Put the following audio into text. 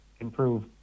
improve